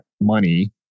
money